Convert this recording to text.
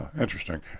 Interesting